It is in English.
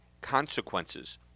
consequences